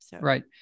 Right